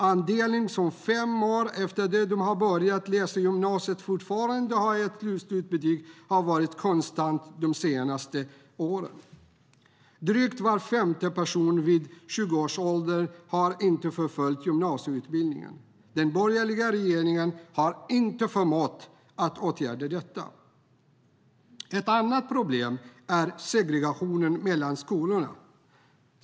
Andelen som fem år efter att de börjat läsa på gymnasiet fortfarande inte har ett slutbetyg har varit konstant de senaste åren. Drygt var femte person har vid 20 års ålder inte fullföljt gymnasieutbildningen. Den borgerliga regeringen har inte förmått att åtgärda detta. Ett annat problem är segregationen mellan skolorna.